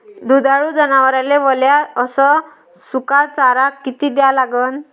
दुधाळू जनावराइले वला अस सुका चारा किती द्या लागन?